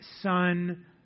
Son